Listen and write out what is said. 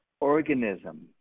organism